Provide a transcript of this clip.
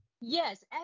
Yes